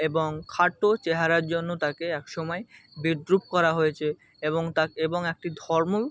এবং খাটো চেহারার জন্য তাকে এক সময় বিদ্রুপ করা হয়েছে এবং তাক এবং একটি ধর্ম